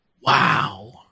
Wow